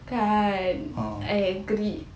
kan I agree